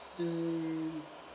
mm